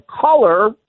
color